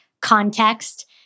context